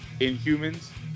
Inhumans